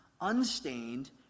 unstained